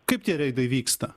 kaip tie reidai vyksta